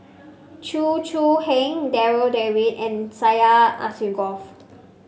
Chew Choo Keng Darryl David and Syed Alsagoff